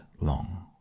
long